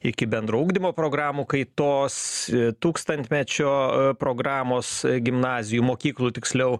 iki bendro ugdymo programų kaitos tūkstantmečio programos gimnazijų mokyklų tiksliau